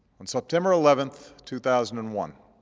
on september eleven, two thousand and one,